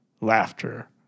laughter